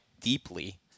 deeply